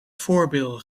voorbeelden